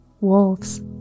wolves